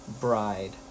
Bride